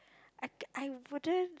I I wouldn't